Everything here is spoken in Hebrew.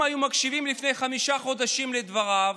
אם היו מקשיבים לפני חמישה חודשים לדבריו,